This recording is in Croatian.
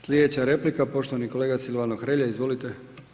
Slijedeća replika, poštovani kolega Silvano Hrelja, izvolite.